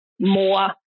more